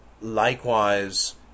likewise